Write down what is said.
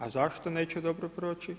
A zašto neću dobro proći?